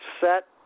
set